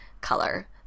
color